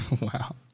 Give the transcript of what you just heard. Wow